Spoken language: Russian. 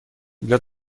для